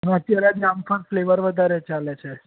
અત્યરે જામફળ ફ્લેવર વધારે ચાલે છે